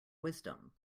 wisdom